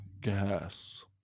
gas